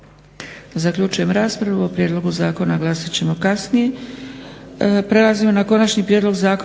Zaključujem raspravu. O prijedlogu zakona glasat ćemo kasnije.